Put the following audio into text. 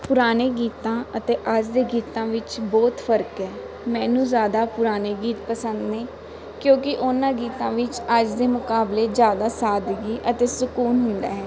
ਪੁਰਾਣੇ ਗੀਤਾਂ ਅਤੇ ਅੱਜ ਦੇ ਗੀਤਾਂ ਵਿੱਚ ਬਹੁਤ ਫਰਕ ਹੈ ਮੈਨੂੰ ਜ਼ਿਆਦਾ ਪੁਰਾਣੇ ਗੀਤ ਪਸੰਦ ਨੇ ਕਿਉਂਕਿ ਉਹਨਾਂ ਗੀਤਾਂ ਵਿੱਚ ਅੱਜ ਦੇ ਮੁਕਾਬਲੇ ਜ਼ਿਆਦਾ ਸਾਦਗੀ ਅਤੇ ਸਕੂਨ ਹੁੰਦਾ ਹੈ